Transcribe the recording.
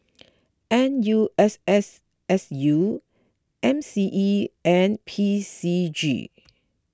N U S S S U M C E and P C G